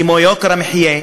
כמו יוקר המחיה,